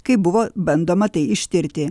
kai buvo bandoma tai ištirti